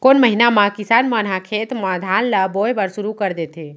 कोन महीना मा किसान मन ह खेत म धान ला बोये बर शुरू कर देथे?